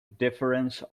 difference